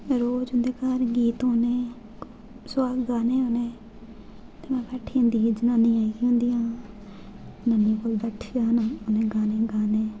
ते रोज उं'दे घर गीत होने सोहाग गाने उ'नें ते में बैठी होन्दी ही जनानियें नै ते जनानियां आई दी होंदिया में उं'दे कोल बैठी जाना उ'नें गाने गाने